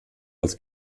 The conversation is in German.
als